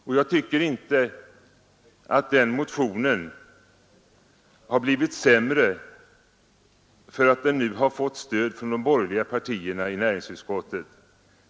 Och den motionen har inte blivit sämre därför att den nu har fått stöd av de borgerliga partierna i näringsutskottet.